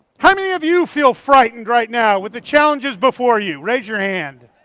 how many of you feel frightened right now with the challenges before you? raise your hand.